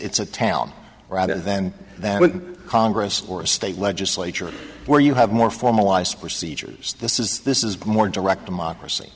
it's a town right and then the congress or state legislature where you have more formalized procedures this is this is a more direct democracy